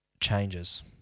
changes